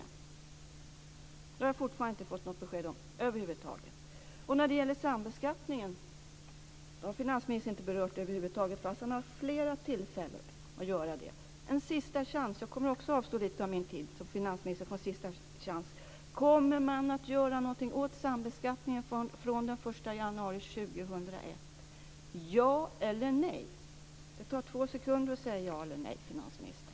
Det har jag fortfarande inte fått något besked om över huvud taget. Sambeskattningen har finansministern inte berört över huvud taget fast han haft flera tillfällen att göra det. En sista chans! Jag kommer också att avstå lite av min tid, så att finansministern får en sista chans: Kommer man att göra någonting åt sambeskattningen från den 1 januari 2001, ja eller nej? Det tar två sekunder att säga ja eller nej, finansministern.